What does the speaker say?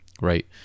right